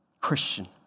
Christian